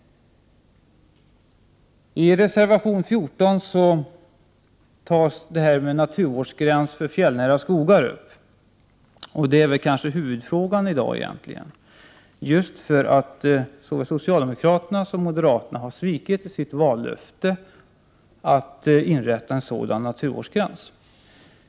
Reservation 14 handlar om naturvårdsgränsen för fjällnära skogar. Egentligen är det väl huvudfrågan i dag. Såväl socialdemokrater som moderater har ju svikit sitt vallöfte. De lovade ju att verka för inrättandet av en naturvårdsgräns för skogsbruket i de fjällnära skogarna.